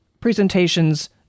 presentations